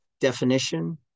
definition